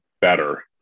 better